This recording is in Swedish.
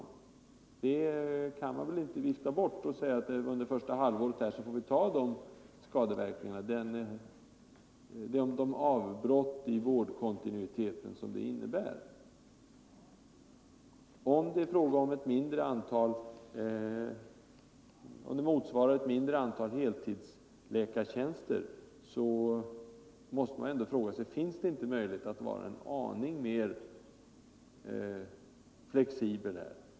Man kan inte vifta bort det och säga att vi under det första halvåret får ta de skadeverkningar, de avbrott i vårdkontinuiteten, som detta innebär. Även om denna arbetsinsats motsvarar ett mindre antal heltidsläkartjänster måste man fråga sig: Finns det inte möjlighet att vara en aning mera flexibel?